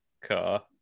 car